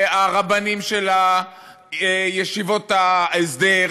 והרבנים של ישיבות ההסדר,